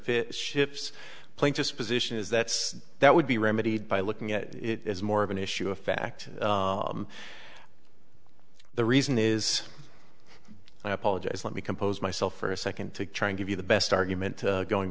ships planes disposition is that that would be remedied by looking at it as more of an issue of fact the reason is i apologize let me compose myself for a second to try and give you the best argument going